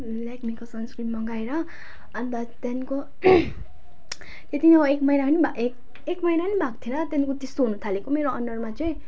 लेकमिको sunscreen मगाएर अन्त त्यहाँको त्यति नै हो एक महिना एक महिना नि भएको थिएन त्यहाँको त्यस्तो हुन थालेको मेरो अनुहारमा चाहिँ